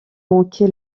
manqué